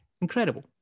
incredible